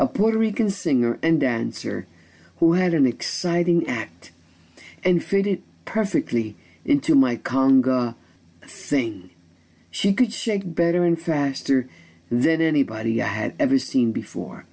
a puerto rican singer and dancer who had an exciting act and fit it perfectly into my condo thing she could shape better and faster than anybody i had ever seen before